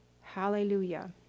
Hallelujah